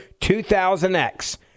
2000X